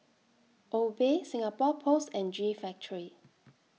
Obey Singapore Post and G Factory